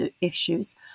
issues